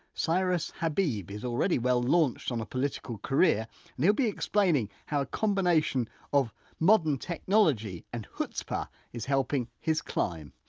cyrus habib is already well launched on a political career and he'll be explaining how a combination of modern technology and chutzpah is helping his climb.